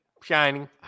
shining